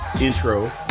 intro